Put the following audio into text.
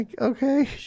Okay